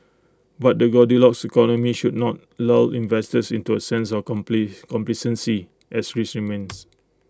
but the goldilocks economy should not lull investors into A sense of complacency as risks remains